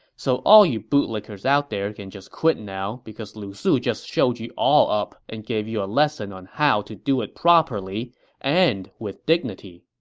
so all you bootlickers out there can just quit now, because lu su just showed you all up and gave you a lesson on how to do it properly and with dignity.